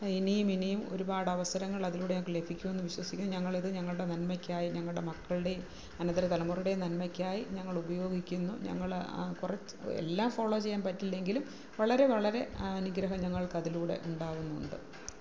ഇനിയും ഇനിയും ഒരുപാടവസരങ്ങൾ അതിലൂടെ ഞങ്ങൾക്ക് ലഭിക്കുമെന്ന് വിശ്വസിക്കുന്നു ഞങ്ങളിത് ഞങ്ങളുടെ നന്മയ്ക്കായ് ഞങ്ങളുടെ മക്കളുടെയും അനന്തര തലമുറയുടേയും നന്മയ്ക്കായ് ഞങ്ങളുപയോഗിക്കുന്നു ഞങ്ങള് കുറച്ച് എല്ലാം ഫോള്ളോ ചെയ്യാൻ പറ്റില്ലെങ്കിലും വളരെ വളരെ അനുഗ്രഹം ഞങ്ങൾക്കതിലൂടെ ഉണ്ടാവുന്നുണ്ട്